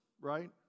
right